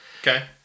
Okay